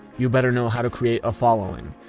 you better know how to create a following.